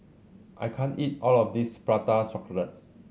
I can't eat all of this Prata Chocolate